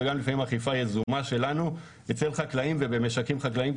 וגם לפעמים אכיפה יזומה שלנו אצל חקלאים ובמשקים חקלאיים,